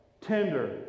Tender